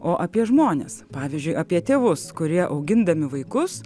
o apie žmones pavyzdžiui apie tėvus kurie augindami vaikus